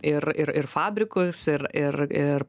ir ir ir fabrikus ir ir ir